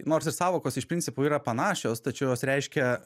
nors ir sąvokos iš principo yra panašios tačiau jos reiškia